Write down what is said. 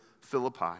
Philippi